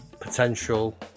potential